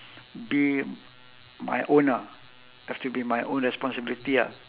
be my own lah have to be my own responsibility ah